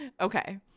Okay